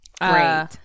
Great